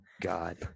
god